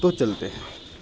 تو چلتے ہیں